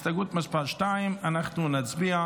חברי הכנסת איימן עודה,